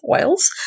oils